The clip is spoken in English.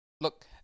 look